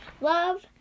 Love